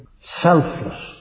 selfless